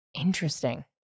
Interesting